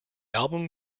album